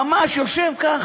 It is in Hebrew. ממש יושב ככה,